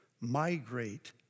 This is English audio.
migrate